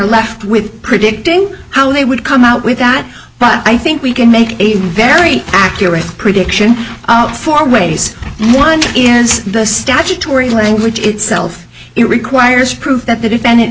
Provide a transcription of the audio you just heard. left with predicting how they would come out with that but i think we can make a very accurate prediction for ways one is the statutory language itself it requires proof that the defendant